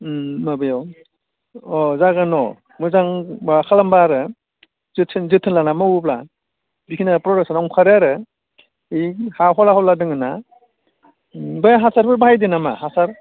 माबायाव अ जागोन अ मोजां खालामब्ला आरो जोथोन जोथोन लानानै मावोब्ला बेखिनिया प्रडाकसनाव ओंखारो आरो ओइ हा हला हला दोङोना बे हासारफोर बाहायदो नामा हासार